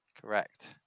Correct